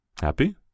Happy